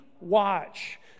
watch